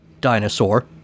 dinosaur